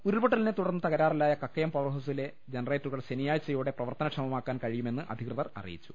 ഉരുൾപൊട്ടലിനെ തുടർന്ന് തകരാറിലായ കക്കയം പവർഹൌ സിലെ ജനറേറ്ററുകൾ ശനിയാഴ്ചയോടെ പ്രവർത്തനക്ഷമമാക്കാൻ കഴിയുമെന്ന് അധികൃതർ അറിയിച്ചു